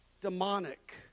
demonic